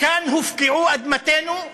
כאן הופקעו אדמותינו,